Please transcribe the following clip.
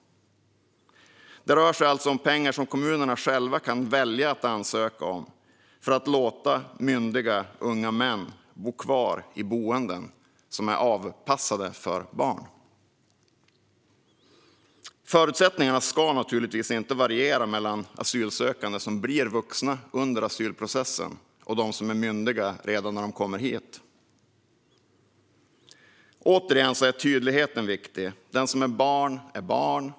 Det rör sig alltså om pengar som kommunerna själva kan välja att ansöka om för att låta myndiga unga män bo kvar i boenden som är avpassade för barn. Förutsättningarna ska naturligtvis inte variera mellan asylsökande som blir vuxna under asylprocessen och dem som är myndiga redan när de kommer hit. Återigen är tydligheten viktig. Den som är barn är barn.